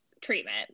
treatment